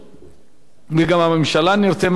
וגם הממשלה נרתמה בסופו של יום,